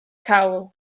cawl